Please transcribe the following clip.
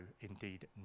indeed